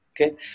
Okay